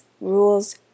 rules